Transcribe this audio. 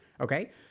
Okay